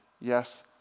Yes